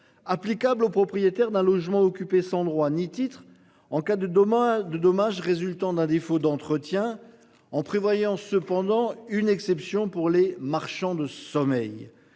applicable aux propriétaires d'un logement occupé sans droit ni titre en cas de demain de dommages résultant d'un défaut d'entretien en prévoyant cependant une exception pour les marchands de sommeil.